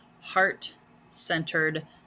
Heart-centered